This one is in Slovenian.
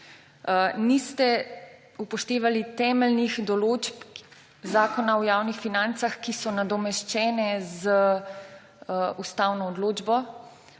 Niste upoštevali temeljnih določb zakona o javnih financah, ki so nadomeščene z ustavno odločbo,